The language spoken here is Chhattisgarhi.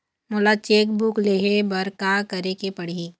मोला चेक बुक लेहे बर का केरेक पढ़ही?